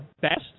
best